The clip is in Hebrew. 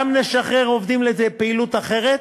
גם לשחרר עובדים לפעילות אחרת